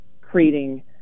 creating